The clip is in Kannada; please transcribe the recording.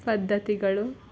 ಪದ್ದತಿಗಳು